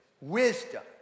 wisdom